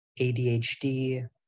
ADHD